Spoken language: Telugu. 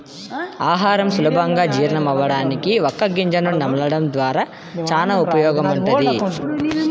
ఆహారం సులభంగా జీర్ణమవ్వడానికి వక్క గింజను నమలడం ద్వారా చానా ఉపయోగముంటది